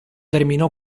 terminò